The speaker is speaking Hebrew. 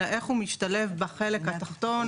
אלא איך הוא משתלב בחלק התחתון.